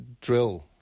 Drill